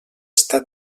està